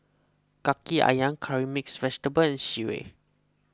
Kaki Ayam Curry Mixed Vegetable and Sireh